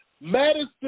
Madison